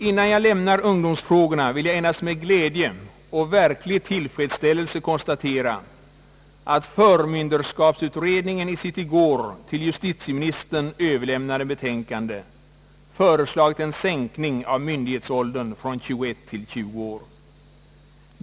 Innan jag lämnar ungdomsfrågorna vill jag endast med glädje och verklig tillfredsställelse konstatera att förmynderskapsutredningen i sitt i går till justitieministern överlämnade betänkande föreslagit en sänkning av myndighetsåldern från 21 till 20 år.